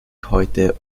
heute